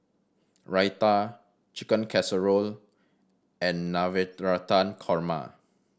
Raita Chicken Casserole and Navratan Korma